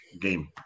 game